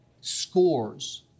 scores